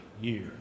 year